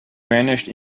vanished